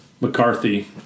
McCarthy